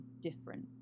different